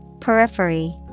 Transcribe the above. Periphery